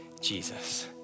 Jesus